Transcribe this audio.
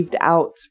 out